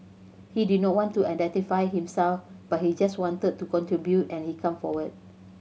he did not want to identify himself but he just wanted to contribute and he came forward